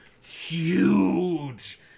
Huge